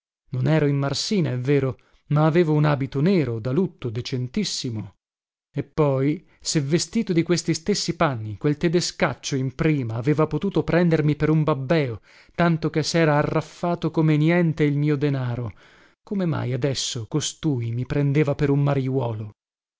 non ero in marsina è vero ma avevo un abito nero da lutto decentissimo e poi se vestito di questi stessi panni quel tedescaccio in prima aveva potuto prendermi per un babbeo tanto che sera arraffato come niente il mio denaro come mai adesso costui mi prendeva per un mariuolo